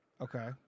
Okay